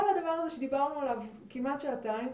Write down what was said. כל הדבר הזה שדיברנו עליו כמעט שעתיים,